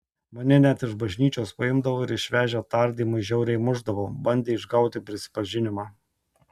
mane net iš bažnyčios paimdavo ir išvežę tardymui žiauriai mušdavo bandė išgauti prisipažinimą